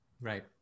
Right